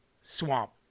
swamp